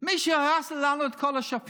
מי שהרס לנו את שפיר,